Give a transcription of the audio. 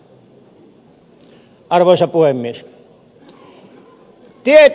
arvoisa puhemies